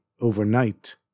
overnight